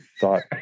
thought